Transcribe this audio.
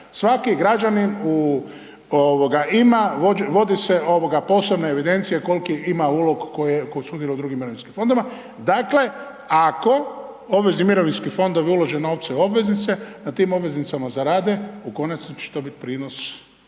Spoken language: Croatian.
Svaki građanin u, ima, vodi se, posebna evidencija koliki ima ulog koji sudjeluje u .../Govornik se ne razumije./... fondovima, dakle, ako obvezni mirovinski fondovi ulože novce u obveznice, na tim obveznicama zarade, u konačnici će to biti prinos